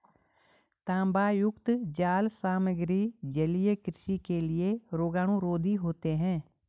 तांबायुक्त जाल सामग्री जलीय कृषि के लिए रोगाणुरोधी होते हैं